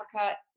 Africa